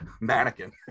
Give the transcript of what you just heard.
mannequin